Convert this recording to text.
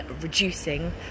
reducing